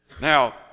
Now